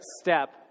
step